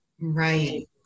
right